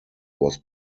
was